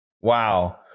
Wow